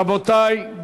רבותי,